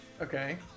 Okay